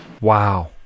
Wow